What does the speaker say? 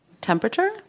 Temperature